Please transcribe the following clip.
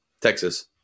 Texas